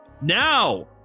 Now